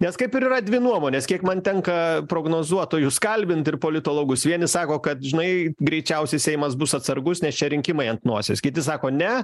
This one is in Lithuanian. nes kaip ir yra dvi nuomonės kiek man tenka prognozuotojus kalbint ir politologus vieni sako kad žinai greičiausiai seimas bus atsargus nes čia rinkimai ant nosies kiti sako ne